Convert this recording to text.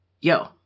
yo